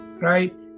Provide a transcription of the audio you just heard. right